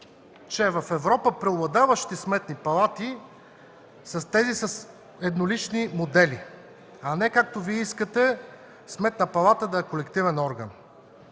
че в Европа преобладаващите сметни палати са тези с еднолични модели, а не както Вие искате – Сметната палата да е колективен орган.